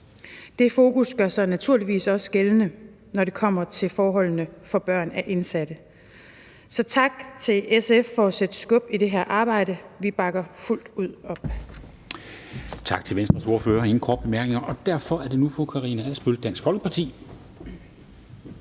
Det fokus gør sig naturligvis også gældende, når det kommer til forholdene for børn af indsatte. Så tak til SF for at sætte skub i det her arbejde, vi bakker fuldt ud op.